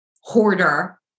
hoarder